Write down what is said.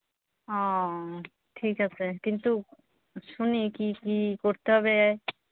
ও ঠিক আছে কিন্তু শুনি কী কী করতে হবে